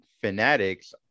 fanatics